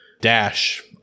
Dash